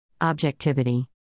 Objectivity